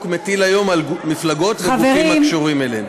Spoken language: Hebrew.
מטיל היום על המפלגות והגופים הקשורים אליהן.